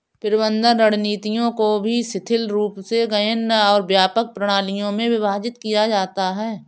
प्रबंधन रणनीतियों को भी शिथिल रूप से गहन और व्यापक प्रणालियों में विभाजित किया जाता है